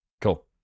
Cool